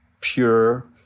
pure